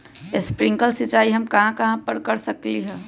Sprinkle सिंचाई हम कहाँ कहाँ कर सकली ह?